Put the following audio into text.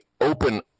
open